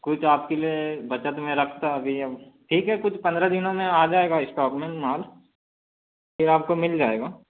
कुछ आपके लिए बचत में रखता अभी अब ठीक है कुछ पंद्रह दिनों में आ जाएगा स्टॉक में माल फिर आपको मिल जाएगा